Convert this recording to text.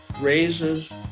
raises